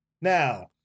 Now